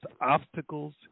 obstacles